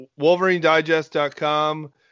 WolverineDigest.com